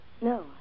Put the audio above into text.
No